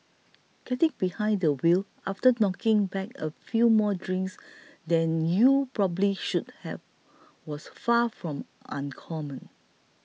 getting behind the wheel after knocking back a few more drinks than you probably should have was far from uncommon